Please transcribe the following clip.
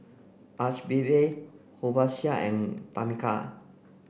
Archibald Horacio and Tamica